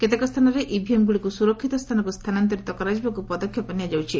କେତେକ ସ୍ଥାନରେ ଇଭିଏମ୍ଗୁଡ଼ିକୁ ସୁରକ୍ଷିତ ସ୍ଚାନକୁ ସ୍ଚାନାନ୍ତରିତ କରାଯିବାକୁ ପଦକ୍ଷେପ ନିଆଯାଉଛି